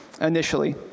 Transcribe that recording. initially